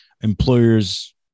Employers